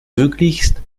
möglichst